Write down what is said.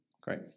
Great